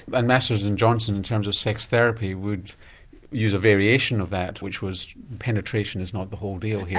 and masters and johnson in terms of sex therapy would use a variation of that, which was penetration is not the whole deal. yeah